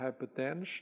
hypertension